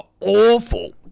awful